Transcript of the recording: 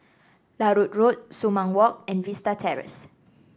Larut Road Sumang Walk and Vista Terrace